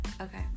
Okay